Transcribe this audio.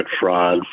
fraud